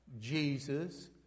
Jesus